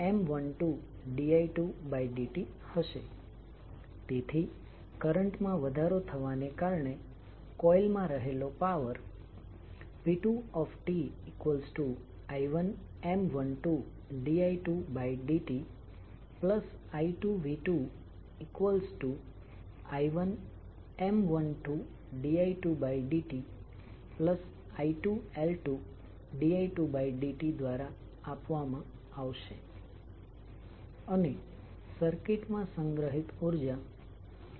ચાલો આપણે પહેલા એક જ ઇન્ડક્ટર ને ધ્યાનમાં લઈએ જ્યાં કોઈલને N સંખ્યામાં આંટા છે જ્યારે કોઈલમાંથી કરંટ i વહેતો હોય અને અને કરંટ ના વહન ના કારણે તેમાં મેગ્નેટિક ફ્લક્સ Φ તેની આસપાસ ઉત્પન્ન થાય છે જો તમે આકૃતિ જુઓ તો ઈન્ડકટર માંથી કરંટ પસાર થતો દેખાય છે અને ફ્લક્સ Φ ઉત્પન્ન થાય છે